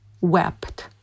wept